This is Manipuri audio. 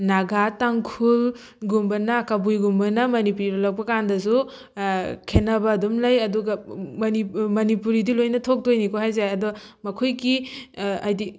ꯅꯥꯒꯥ ꯇꯥꯡꯈꯨꯜ ꯒꯨꯝꯕꯅ ꯀꯕꯨꯏ ꯒꯨꯝꯕꯅ ꯃꯅꯤꯄꯨꯔꯤ ꯂꯣꯜꯂꯛꯄ ꯀꯥꯟꯗꯁꯨ ꯈꯦꯠꯅꯕ ꯑꯗꯨꯝ ꯂꯩ ꯑꯗꯨꯒ ꯃꯅꯤꯄꯨꯔꯤꯗꯤ ꯂꯣꯏꯅ ꯊꯣꯛꯇꯣꯏꯅꯤꯀꯣ ꯍꯥꯏꯁꯦ ꯑꯗꯣ ꯃꯈꯣꯏꯒꯤ ꯍꯥꯏꯗꯤ